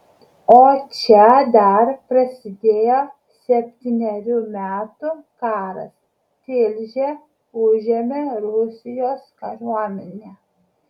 o čia dar prasidėjo septynerių metų karas tilžę užėmė rusijos kariuomenė